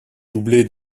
doublé